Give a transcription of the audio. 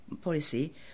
policy